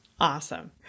Awesome